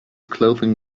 clothing